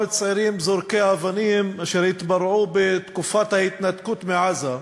הצעירים זורקי אבנים אשר התפרעו בתקופת ההתנתקות מעזה,